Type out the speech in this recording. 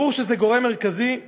ברור שזה גורם מרכזי,